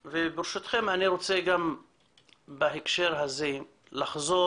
וברשותכם, אני רוצה גם בהקשר הזה לחזור